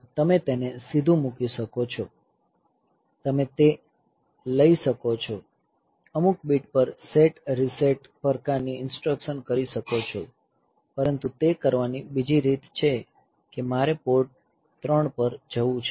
તમે તેને સીધું મૂકી શકો છો તમે તે લઈ શકો છો અમુક બીટ પર સેટ રીસેટ પ્રકારની ઇન્સટ્રકશન કરી શકો છો પરંતુ તે કરવાની બીજી રીત એ છે કે મારે પોર્ટ 3 પર જવું છે